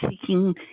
seeking